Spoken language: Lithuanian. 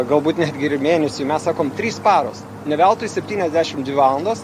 galbūt netgi ir mėnesiui mes sakom trys paros ne veltui septyniasdešim dvi valandos